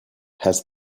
has